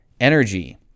energy